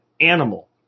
animal